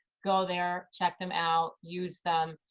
go there, check them out, use them,